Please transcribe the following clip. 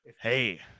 hey